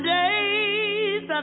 days